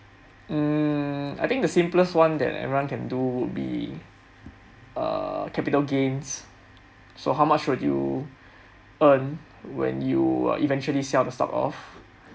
um I think the simplest one that everyone can do would be err capital gains so how much would you earn when you uh eventually sell the stock off